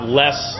less